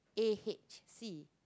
A_H_C